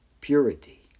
purity